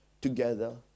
together